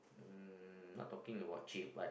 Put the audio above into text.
um not talking about cheap but